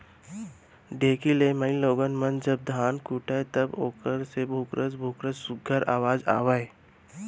ढेंकी ले माईगोगन मन जब धान कूटय त ओमा ले भुकरस भुकरस सुग्घर अवाज आवय